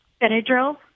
Benadryl